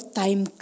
time